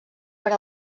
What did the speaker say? per